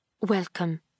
welcome